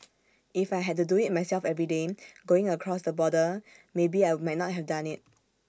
if I had to do IT myself every day going across the border maybe I might not have done IT